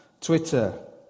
Twitter